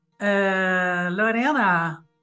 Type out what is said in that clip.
Lorena